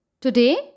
Today